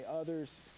others